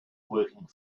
working